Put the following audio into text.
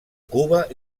cuba